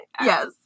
Yes